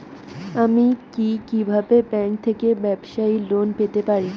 আমি কি কিভাবে ব্যাংক থেকে ব্যবসায়ী লোন পেতে পারি?